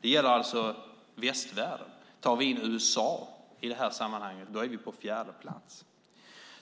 Det gäller alltså västvärlden. Tar vi in USA i det här sammanhanget är vi på fjärde plats.